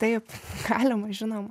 taip galima žinoma